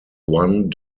one